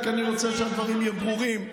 אני רק רוצה שהדברים יהיו ברורים: